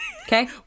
Okay